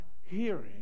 hearing